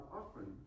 often